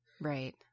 right